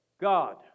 God